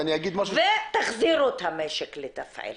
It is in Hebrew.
ותחזירו את המשק לתפעל,